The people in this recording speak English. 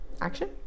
action